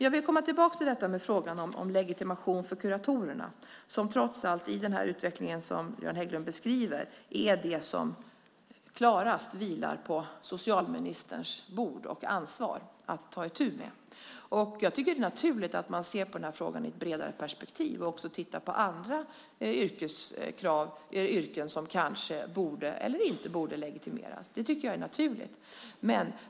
Jag vill komma tillbaka till frågan om legitimation för kuratorerna, som trots allt i den utveckling som Göran Hägglund beskriver är det som klarast vilar på socialministerns bord och är hans ansvar att ta itu med. Jag tycker att det är naturligt att man ser på den här frågan i ett bredare perspektiv och även tittar på andra yrken som kanske borde eller inte borde legitimeras. Det tycker jag är naturligt.